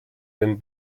den